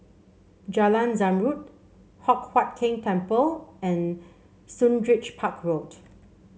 Jalan Zamrud Hock Huat Keng Temple and Sundridge Park Road